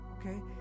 Okay